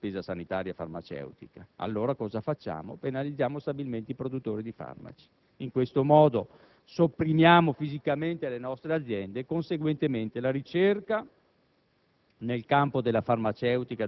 Il problema si trova in chi gestisce la spesa sanitaria farmaceutica. Allora, cosa facciamo? Penalizziamo stabilmente i produttori dei farmaci! In questo modo sopprimiamo fìsicamente le nostre aziende e conseguentemente la ricerca